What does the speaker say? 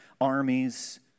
armies